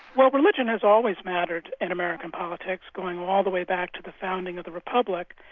well religion has always mattered in american politics, going all the way back to the founding of the republic,